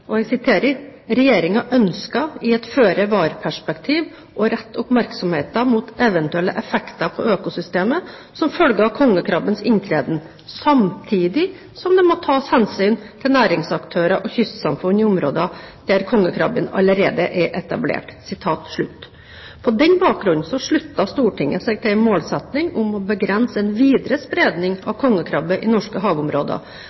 i et føre-var-perspektiv – å rette oppmerksomheten mot eventuelle effekter på økosystemet som følge av kongekrabbens inntreden, samtidig som det må tas hensyn til næringsaktører og kystsamfunn i områder hvor kongekrabben allerede er etablert». På denne bakgrunn sluttet Stortinget seg til en målsetting om å begrense en videre spredning av kongekrabbe i norske havområder